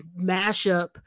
mashup